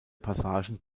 passagen